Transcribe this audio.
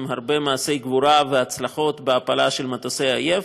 עם הרבה מעשי גבורה והצלחות בהפלה של מטוסי אויב,